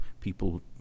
people